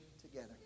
together